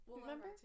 remember